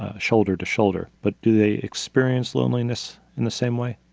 ah shoulder to shoulder but do they experience loneliness in the same way?